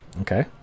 Okay